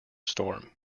storm